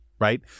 right